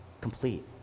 complete